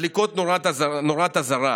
מדליקות נורת אזהרה.